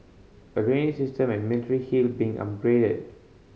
a drainage system at Military Hill being upgraded